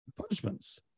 punishments